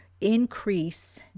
increase